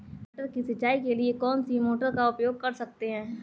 मटर की सिंचाई के लिए कौन सी मोटर का उपयोग कर सकते हैं?